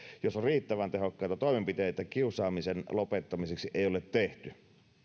jos riittävän tehokkaita toimenpiteitä kiusaamisen lopettamiseksi ei ole tehty